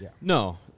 No